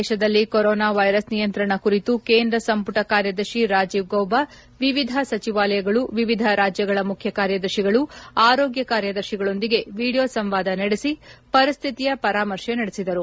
ದೇಶದಲ್ಲಿ corona virus ನಿಯಂತ್ರಣ ಕುರಿತು ಕೇಂದ್ರ ಸಂಪುಟ ಕಾರ್ಯದರ್ಶಿ ರಾಜೀವ್ ಗೌಬಾ ವಿವಿಧ ಸಚಿವಾಲಯಗಳು ವಿವಿಧ ರಾಜ್ಯಗಳ ಮುಖ್ಯ ಕಾರ್ಯದರ್ತಿಗಳು ಆರೋಗ್ಯ ಕಾರ್ಯದರ್ತಿಗಳೊಂದಿಗೆ ವಿಡೀಯೋ ಸಂವಾದ ನಡೆಸಿ ಪರಿಸ್ಥಿತಿಯ ಪರಾಮರ್ಶೆ ನಡೆಸಿದರು